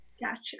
Gotcha